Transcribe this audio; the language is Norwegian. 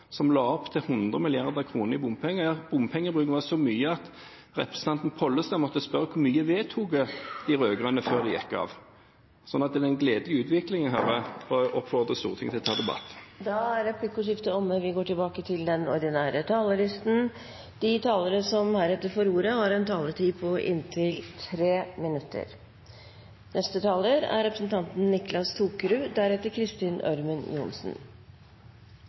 som la opp til 100 mrd. kr i bompenger. Ja, bompengebruken utgjorde så mye at representanten Pollestad måtte spørre: Hvor mye vedtok de rød-grønne før de gikk av? Så det er en gledelig utvikling jeg hører, og jeg oppfordrer Stortinget til å ta debatten. Replikkordskiftet er omme. De talere som heretter får ordet, har en taletid på inntil 3 minutter. I dag er